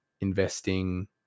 investing